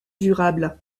durable